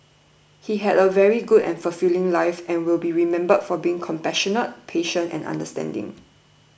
he had a very good and fulfilling life and will be remembered for being compassionate patient and understanding